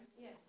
Yes